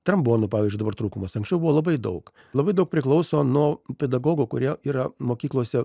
trombonų pavyzdžiui dabar trūkumas anksčiau buvo labai daug labai daug priklauso nuo pedagogų kurie yra mokyklose